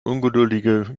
ungeduldige